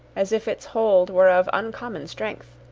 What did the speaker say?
as if its hold were of uncommon strength.